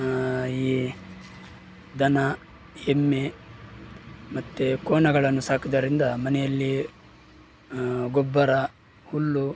ಈ ದನ ಎಮ್ಮೆ ಮತ್ತೆ ಕೋಣಗಳನ್ನು ಸಾಕುವುದರಿಂದ ಮನೆಯಲ್ಲಿ ಗೊಬ್ಬರ ಹುಲ್ಲು